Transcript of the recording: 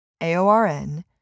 AORN